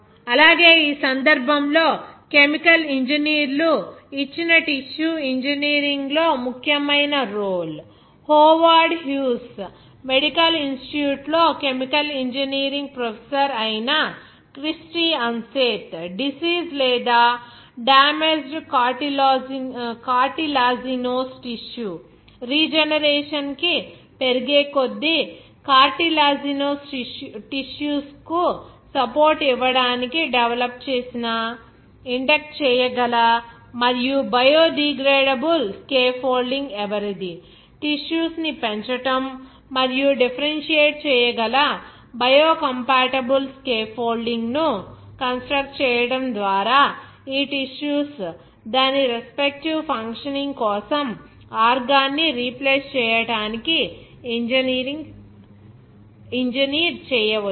అలాగే ఈ సందర్భంలో కెమికల్ ఇంజనీర్లు ఇచ్చిన టిష్యూ ఇంజనీరింగ్లో ముఖ్యమైన రోల్ హోవార్డ్ హ్యూస్ మెడికల్ ఇనిస్టిట్యూట్లో కెమికల్ ఇంజనీరింగ్ ప్రొఫెసర్ అయిన క్రిస్టి అన్సేత్ డిసీజ్ లేదా డామేజెడ్ కార్టిలాజినోస్ టిష్యూ రీజనరేషన్ కి పెరిగేకొద్దీ కార్టిలాజినోస్ టిష్యూస్ కు సపోర్ట్ ఇవ్వడానికి డెవలప్ చేసిన ఇంజెక్ట్ చేయగల మరియు బయోడిగ్రేడబుల్ స్కేప్ఫోల్డింగ్ ఎవరిది టిష్యూస్ ని పెంచటం మరియు డిఫరెన్షియేట్ చేయగల బయో కాంపాటబుల్ స్కేప్ఫోల్డింగ్ ను కన్స్ట్రక్ట్ చేయటం ద్వారా ఈ టిష్యూస్ దాని రెస్పెక్టీవ్ ఫంక్షనింగ్ కోసం ఆర్గాన్ ని రీప్లేస్ చేయడానికి ఇంజనీర్ చేయవచ్చు